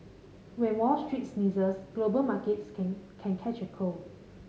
when Wall Street sneezes global markets can can catch a cold